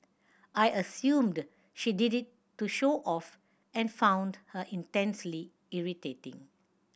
I assumed she did it to show off and found her intensely irritating